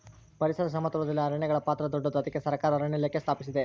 ಪರಿಸರ ಸಮತೋಲನದಲ್ಲಿ ಅರಣ್ಯಗಳ ಪಾತ್ರ ದೊಡ್ಡದು, ಅದಕ್ಕೆ ಸರಕಾರ ಅರಣ್ಯ ಇಲಾಖೆ ಸ್ಥಾಪಿಸಿದೆ